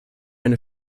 eine